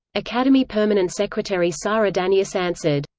academy permanent secretary sara danius answered,